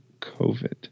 COVID